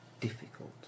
difficult